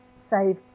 save